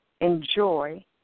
enjoy